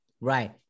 right